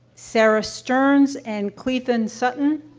sarah sterns and clethen sutton?